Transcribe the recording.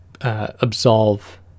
absolve